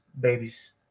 babies